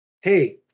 Hey